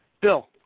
bill